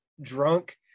drunk